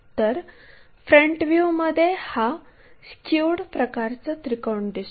तर फ्रंट व्ह्यूमध्ये हा स्क्युड प्रकारचा त्रिकोण दिसतो